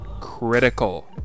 critical